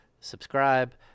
Subscribe